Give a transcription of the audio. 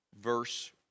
verse